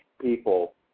people